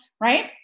right